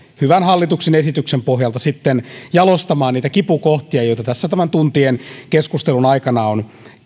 hyvän hallituksen esityksen pohjalta jalostamaan niitä kipukohtia joita tämän tuntien keskustelun aikana on